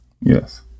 Yes